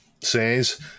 says